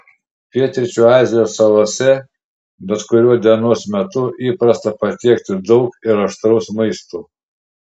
pietryčių azijos salose bet kuriuo dienos metu įprasta patiekti daug ir aštraus maisto